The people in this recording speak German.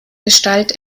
gestalt